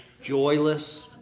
joyless